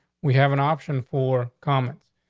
we have an option for comments.